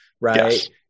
right